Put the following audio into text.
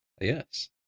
Yes